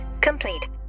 complete